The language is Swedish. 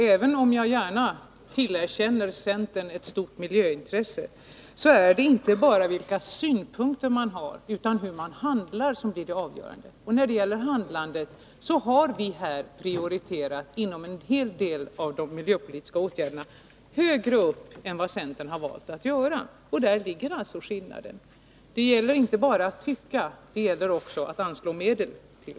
Även om jag gärna tillerkänner centern ett stort miljöintresse, måste jag slå fast att det trots allt inte bara är fråga om vilka synpunkter man har utan hur man handlar som är det avgörande. Och när det gäller handlandet har vi socialdemokrater prioriterat här inom en hel del av de miljöpolitiska åtgärderna högre upp än vad centern har valt att göra. Däri ligger alltså skillnaden. Det gäller inte bara att tycka, utan det gäller också att anslå medel.